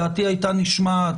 דעתי הייתה נשמעת,